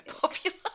popular